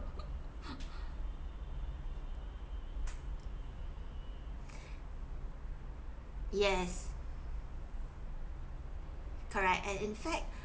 yes correct and in fact